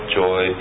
joy